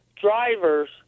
drivers